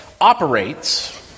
operates